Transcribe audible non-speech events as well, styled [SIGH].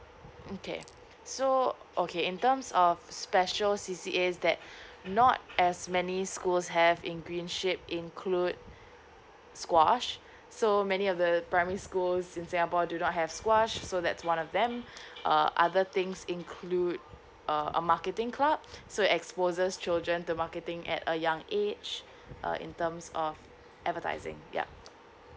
okay so okay in terms um special C_C_As that not as many schools have in green ship include squash so many of the primary schools in singapore do not have squash so that's one of them uh other things include uh a marketing club [BREATH] so exposes children to marketing at a young age uh in terms of advertising yup